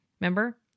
Remember